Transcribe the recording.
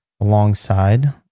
alongside